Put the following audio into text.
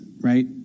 right